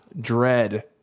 dread